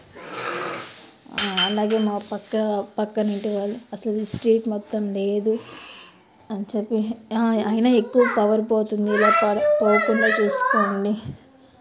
అలాగే మా పక్క పక్కనింటి వాళ్ళు అసలు స్ట్రీట్ మొత్తం లేదు అని చెప్పి అయినా ఎక్కువ పవర్ పోతుంది ఇలా పడ పోకుండా చూసుకోండి